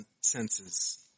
senses